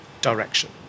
direction